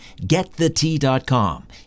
GetTheT.com